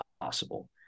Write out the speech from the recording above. possible